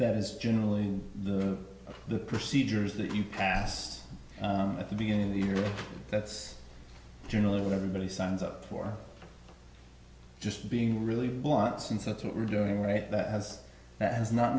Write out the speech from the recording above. that is generally the procedures that you passed at the beginning of the year that's generally what everybody signs up for just being really wants and so that's what we're doing right that has that has not